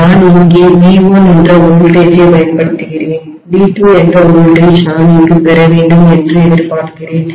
நான் இங்கே V1 என்ற வோல்டேஜை மின்னழுத்தத்தைப் பயன்படுத்துகிறேன் V2 என்ற வோல்டேஜ் மின்னழுத்தம் நான் இங்கு பெற வேண்டும் என்று எதிர்பார்க்கிறேன்